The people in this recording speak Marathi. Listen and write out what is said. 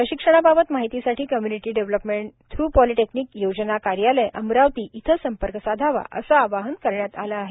प्रशिक्षणाबाबत माहितीसाठी कम्य्निटी डेव्हलपमेंट थू पालीटेक्निक योजना कार्यालय अमरावती इथं संपर्क साधावा असे आवाहन करण्यात आले आहे